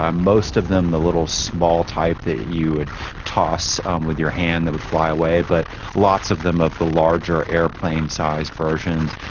um most of them the little small type that you would toss um with your hand that would fly away, but lots of them of the larger airplane-sized versions.